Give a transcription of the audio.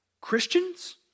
Christians